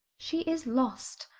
she is lost!